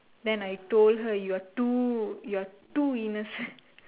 then I told her you're too you're too innocent